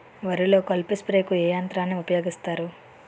వరిలో కలుపు స్ప్రేకు ఏ యంత్రాన్ని ఊపాయోగిస్తారు?